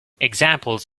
examples